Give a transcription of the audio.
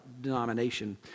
denomination